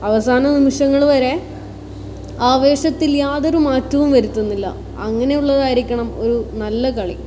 അവസാനനിമിഷങ്ങൾ വരെ ആവേശത്തിൽ യാതൊരു മാറ്റവും വരുത്തുന്നില്ല അങ്ങനെയുള്ളതായിരിക്കണം ഒരു നല്ല കളി